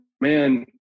man